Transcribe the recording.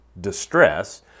distress